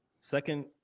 second